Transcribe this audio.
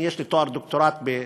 אני, יש לי תואר דוקטור ברוקחות,